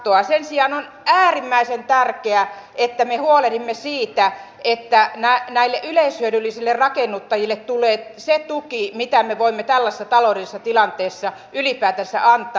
sen sijaan on äärimmäisen tärkeää että me huolehdimme siitä että näille yleishyödyllisille rakennuttajille tulee se tuki mitä me voimme tällaisessa taloudellisessa tilanteessa ylipäätänsä antaa